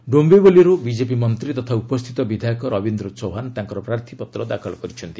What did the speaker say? ଡୋୟିବାଲିରୁ BJP ମନ୍ତ୍ରୀ ତଥା ଉପସ୍ଥିତ ବିଧାୟକ ରବିନ୍ଦ ଚୌହାନ୍ ତାଙ୍କର ପ୍ରାର୍ଥୀପତ୍ର ଦାଖଲ କରିଛନ୍ତି